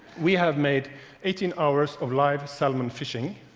we have made eighteen hours of live salmon fishing.